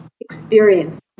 experiences